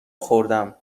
خوردم